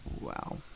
Wow